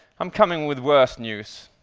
i'm coming with worse news,